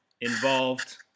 involved